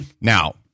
Now